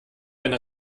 eine